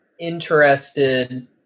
interested